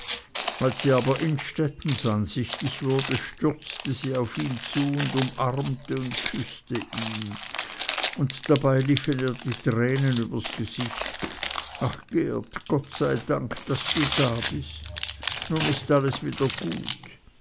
als sie aber innstettens ansichtig wurde stürzte sie auf ihn zu und umarmte und küßte ihn und dabei liefen ihr die tränen übers gesicht ach geert gott sei dank daß du da bist nun ist alles wieder gut